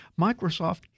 Microsoft